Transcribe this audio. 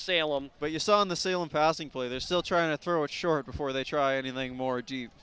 salem but you saw on the salem passing play they're still trying to throw it short before they try anything more deep